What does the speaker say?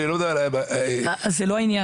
אני לא --- אבל זה לא העניין.